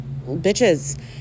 bitches